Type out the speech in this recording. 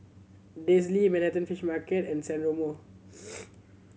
Manhattan Fish Market and San Remo